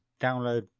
download